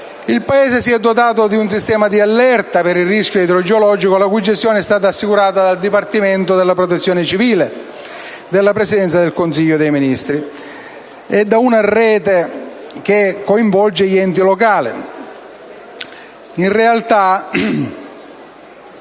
il Paese si è dotato di un sistema di allerta per il rischio idrogeologico, la cui gestione è assicurata dal Dipartimento della protezione civile della Presidenza del Consiglio dei ministri e da una rete che coinvolge gli enti locali. In realtà,